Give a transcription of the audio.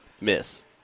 miss